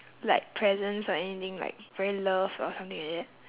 like presence or anything like very loved or something like that